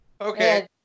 Okay